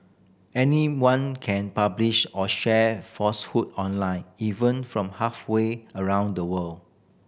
anyone can publish or share falsehood online even from halfway around the world